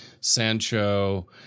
Sancho